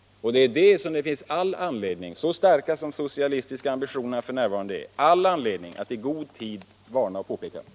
Så starka som de socialistiska ambitionerna f. n. är finns det all anledning att i god tid varna för och påpeka detta.